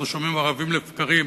אנחנו שומעים ערבים לבקרים